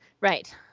Right